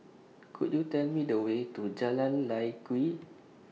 Could YOU Tell Me The Way to Jalan Lye Kwee